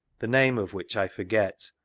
the name of which i forget,